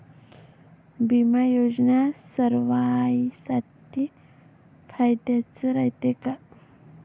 बिमा योजना सर्वाईसाठी फायद्याचं रायते का?